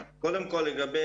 במקום אחד גזרתי